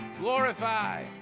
Glorify